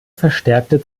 verstärkte